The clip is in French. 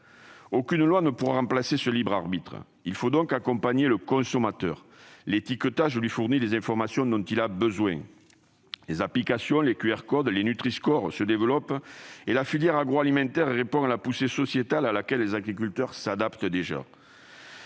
Aucune loi ne pourra remplacer ce libre arbitre. Il faut donc accompagner le consommateur. L'étiquetage lui fournit les informations dont il a besoin. Les applications, les QR codes, le Nutriscore se développent, et la filière agroalimentaire répond à la poussée sociétale à laquelle les agriculteurs s'adaptent déjà.